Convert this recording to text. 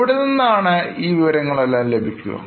എവിടുന്നാണ് ഈ വിവരങ്ങളെല്ലാം ലഭിക്കുക